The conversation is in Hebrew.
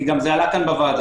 כי זה גם עלה כאן בוועדה,